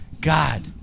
God